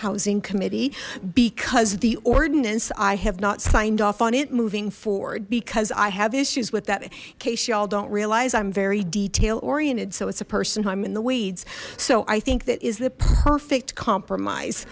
housing committee because the ordinance i have not signed off on it moving forward because i have issues with that case y'all don't realize i'm very detail oriented so it's a person i'm in the weeds so i think that is the perfect compromise